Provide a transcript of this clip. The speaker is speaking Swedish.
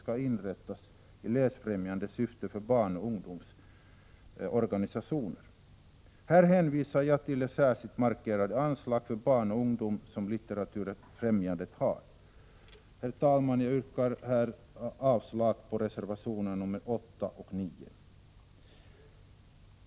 skall inrättas i läsfrämjande syfte för barnoch ungdomsorganisationer. Jag hänvisar till det särskilt markerade anslag som Litteraturfrämjandet har för spridning av böcker bland barn och ungdomar. Herr talman! Jag yrkar avslag på reservationerna nr 8 och 9.